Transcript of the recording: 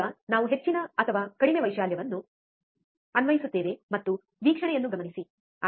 ಈಗ ನಾವು ಹೆಚ್ಚಿನ ಅಥವಾ ಕಡಿಮೆ ವೈಶಾಲ್ಯವನ್ನು ಅನ್ವಯಿಸುತ್ತೇವೆ ಮತ್ತು ವೀಕ್ಷಣೆಯನ್ನು ಗಮನಿಸಿ